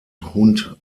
hund